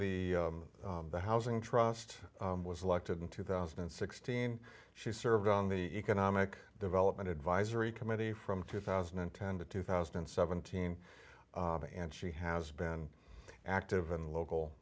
the the housing trust was elected in two thousand and sixteen she served on the economic development advisory committee from two thousand and ten to two thousand and seventeen and she has been active in local